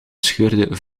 scheurde